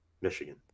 Michigan